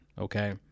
Okay